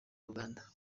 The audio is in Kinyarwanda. uganda